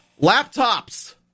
Laptops